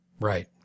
Right